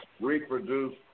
reproduce